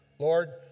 Lord